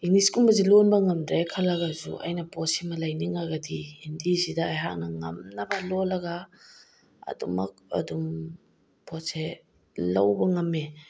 ꯏꯪꯂꯤꯁꯒꯨꯝꯕꯁꯦ ꯂꯣꯟꯕ ꯉꯝꯗ꯭ꯔꯦ ꯈꯜꯂꯒꯁꯨ ꯑꯩꯅ ꯄꯣꯠꯁꯤꯃ ꯂꯩꯅꯤꯡꯉꯒꯗꯤ ꯍꯤꯟꯗꯤꯁꯤꯗ ꯑꯩꯍꯥꯛꯅ ꯉꯝꯅꯕ ꯂꯣꯜꯂꯒ ꯑꯗꯨꯝꯃꯛ ꯑꯗꯨꯝ ꯄꯣꯠꯁꯦ ꯂꯧꯕ ꯉꯝꯃꯦ